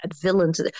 villains